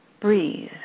Breathe